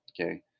okay